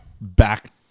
back